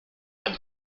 and